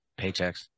paychecks